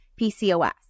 PCOS